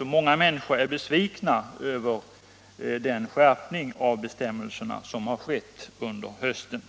Många människor är besvikna över den skärpning av bestämmelserna som har skett under hösten.